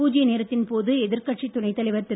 பூஜ்ய நேரத்தின் போது எதிர்கட்சி துணைத்தலைவர் திரு